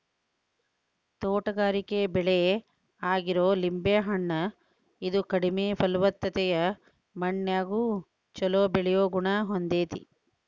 ತೋಟಗಾರಿಕೆ ಬೆಳೆ ಆಗಿರೋ ಲಿಂಬೆ ಹಣ್ಣ, ಇದು ಕಡಿಮೆ ಫಲವತ್ತತೆಯ ಮಣ್ಣಿನ್ಯಾಗು ಚೊಲೋ ಬೆಳಿಯೋ ಗುಣ ಹೊಂದೇತಿ